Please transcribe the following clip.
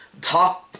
top